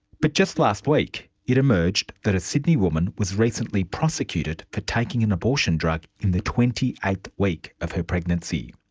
but just last week it emerged that a sydney woman was recently prosecuted for taking an abortion drug in the twenty eighth week of her pregnancy.